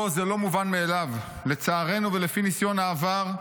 לא, זה לא מובן מאליו! לצערנו ולפי ניסיון העבר,